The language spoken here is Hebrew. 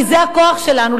כי זה הכוח שיש לנו,